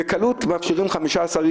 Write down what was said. בקלות מאפשרים 12,